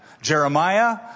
Jeremiah